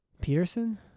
Peterson